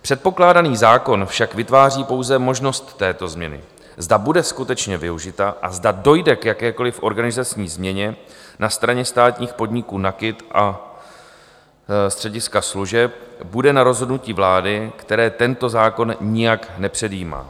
Předpokládaný zákon však vytváří pouze možnost této změny, zda bude skutečně využita a zda dojde k jakékoliv organizační změně na straně státních podniků NAKIT a střediska služeb, bude na rozhodnutí vlády, které tento zákon nijak nepředjímá.